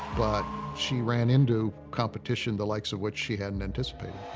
but she ran into competition the likes of which she hadn't anticipated.